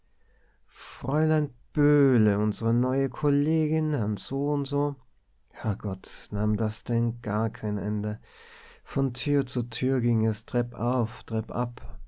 fräulein böhle unsere neue kollegin herr soundso herrgott nahm das denn gar kein ende von tür zu tür ging es treppauf treppab